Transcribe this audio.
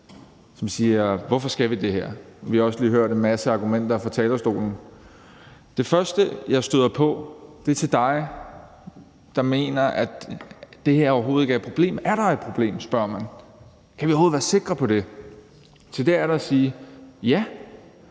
som spørger: Hvorfor skal vi det her? Vi har også lige hørt en masse argumenter fra talerstolen. Den første, jeg støder på, er dig, der mener, at det her overhovedet ikke er et problem. Er der et problem? spørger man. Kan vi overhovedet være sikre på det? Til det er der at sige: Ja,